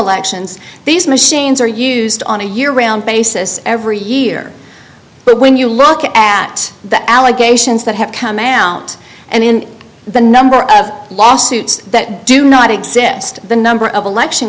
actions these machines are used on a year round basis every year but when you look at the allegations that have come out and in the number of lawsuits that do not exist the number of election